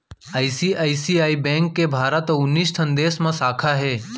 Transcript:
ICICI bank के भारत अउ उन्नीस ठन देस म साखा हे